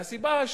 והסיבה השלישית,